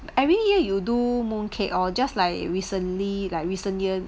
every year you do mooncake or just like recently like recent year